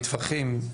מטווחים,